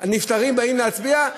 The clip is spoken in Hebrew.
הנפטרים באים להצביע,